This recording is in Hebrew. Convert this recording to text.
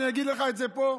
אני אגיד לך את זה פה,